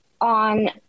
on